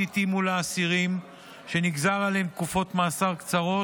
התאימו לאסירים שנגזרו עליהם תקופות מאסר קצרות.